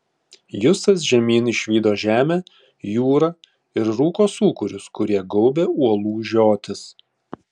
justas žemyn išvydo žemę jūrą ir rūko sūkurius kurie gaubė uolų žiotis